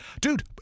Dude